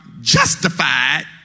justified